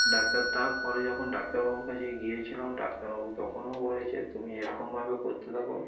doctor তার পরে যখন ডাক্তারবাবুর কাছে গিয়েছিলাম ডাক্তারবাবু তখনও বলেছে তুমি এরকমভাবে করতে থাকো